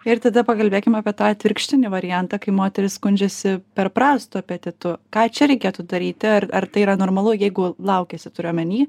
ir tada pakalbėkim apie tą atvirkštinį variantą kai moterys skundžiasi per prastu apetitu ką čia reikėtų daryti ar ar tai yra normalu jeigu laukiasi turiu omeny